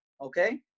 okay